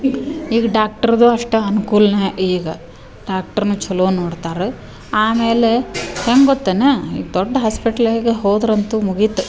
ಈಗ ಡಾಕ್ಟ್ರುದ್ದು ಅಷ್ಟೆ ಅನ್ಕೂಲನೆ ಈಗ ಡಾಕ್ಟ್ರ್ನು ಚಲೋ ನೋಡ್ತಾರೆ ಆಮೇಲೆ ಹೆಂಗೆ ಗೊತ್ತೆನು ಈಗ ದೊಡ್ಡ ಹಾಸ್ಪೆಟ್ಲಗೆ ಹೋದರಂತು ಮುಗಿತು